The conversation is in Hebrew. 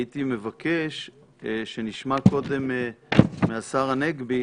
הייתי מבקש שנשמע קודם מהשר הנגבי.